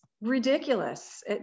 ridiculous